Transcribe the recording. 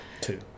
Two